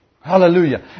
Hallelujah